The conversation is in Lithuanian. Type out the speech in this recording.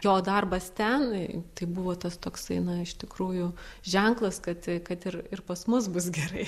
jo darbas ten tai buvo tas toksai na iš tikrųjų ženklas kad kad ir ir ir pas mus bus gerai